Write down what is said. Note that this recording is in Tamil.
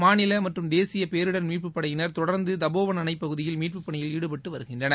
மாநில மற்றும் தேசிய பேரிடர் மீட்புப் படையினர் தொடர்ந்து தபோவன் அணை பகுதியில் மீட்பு பணியில் ஈடுபட்டு வருகின்றனர்